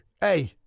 Hey